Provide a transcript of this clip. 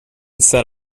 set